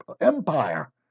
empire